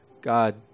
God